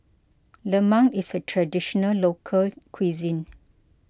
Lemang is a Traditional Local Cuisine